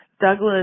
Douglas